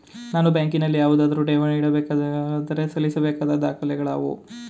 ನಾನು ಬ್ಯಾಂಕಿನಲ್ಲಿ ಯಾವುದಾದರು ಠೇವಣಿ ಇಡಬೇಕಾದರೆ ಸಲ್ಲಿಸಬೇಕಾದ ದಾಖಲೆಗಳಾವವು?